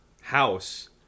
house